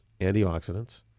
antioxidants